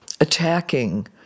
attacking